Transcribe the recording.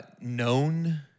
known